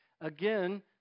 Again